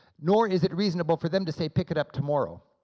nor is it reasonable for them to say, pick it up tomorrow.